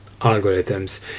Algorithms